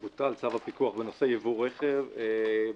אכן.